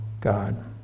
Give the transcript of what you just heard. God